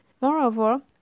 Moreover